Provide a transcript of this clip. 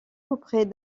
auprès